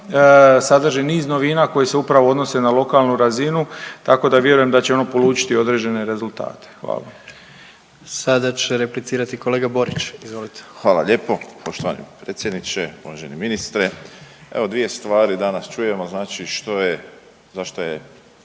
sadrži niz novina koji se upravo odnose na lokalnu razinu tako da vjerujem da će ono polučiti određene rezultate. Hvala. **Jandroković, Gordan (HDZ)** Sada će replicirati kolega Borić. Izvolite. **Borić, Josip (HDZ)** Hvala lijepo poštovani predsjedniče, uvaženi ministre. Evo dvije stvari danas čujemo znači što je, zašto je